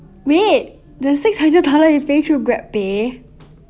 wait the six hundred dollar you paying through GrabPay